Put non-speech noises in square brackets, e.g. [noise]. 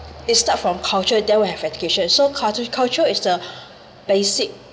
it start from culture then will have education so culture culture is the [breath] basic